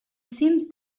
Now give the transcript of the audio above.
seems